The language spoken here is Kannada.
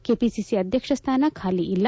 ಕೆಪಿಸಿ ಅಧ್ವಕ್ಷ ಸ್ಥಾನ ಖಾಲಿ ಇಲ್ಲ